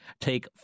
take